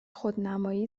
خودنمایی